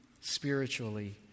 spiritually